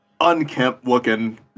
unkempt-looking